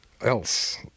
else